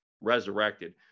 resurrected